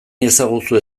iezaguzue